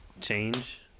change